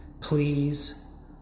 Please